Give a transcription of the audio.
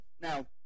Now